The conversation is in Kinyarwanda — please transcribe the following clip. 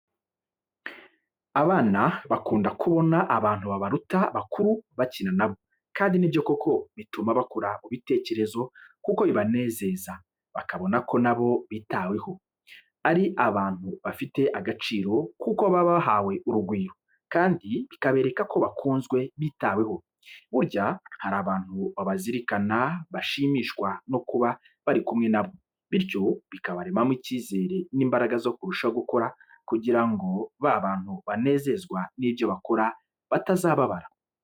Abana bakunda kubona abantu babaruta bakuru bakina nabo kandi nibyo koko bituma bakura mu bitekerezo kuko bibanezeza bakabonako nabo bitaweho, ari abantu bafite agaciro kuko baba bahawe urugwiro kandi bikaberekako bakunzwe bitaweho, burya hari abantu babazirikana bashimishwa no kuba bari kumwe na bo, bityo bikabaremamo icyizere n'imbaraga zo kurushaho gukora kugira ngo ba bantu banezezwa n'ibyo bakora batababara.